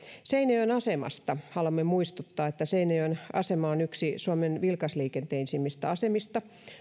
seinäjoen asemasta haluamme muistuttaa että seinäjoen asema on yksi suomen vilkasliikenteisimmistä asemista